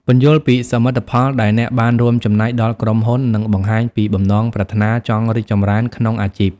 ពន្យល់ពី សមិទ្ធផល ដែលអ្នកបានរួមចំណែកដល់ក្រុមហ៊ុន និង បង្ហាញពីបំណងប្រាថ្នាចង់រីកចម្រើន ក្នុងអាជីព។